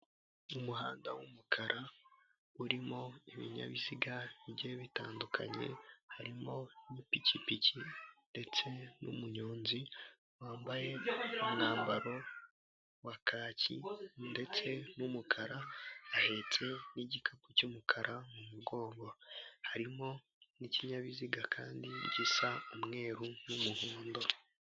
Umuhanda w'umukara urimo ibinyabiziga bigiye bitandukanye, harimo amapikipiki ndetse n'umunyonzi wambaye umwambaro wa kaki, ndetse n'umukara ahetse n'igikapu cy'umukara mu mugongo harimo n'ikinyabiziga kandi gisa umweru n'umuhondo.